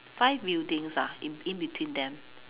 five buildings ah in in between them